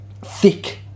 thick